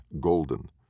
golden